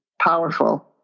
powerful